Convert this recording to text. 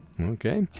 Okay